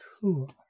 cool